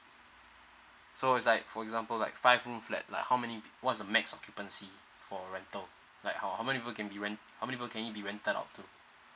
so is like for example like five room flat like how many what's the max occupancy for rental like how many people can be rent how many people can be rented out to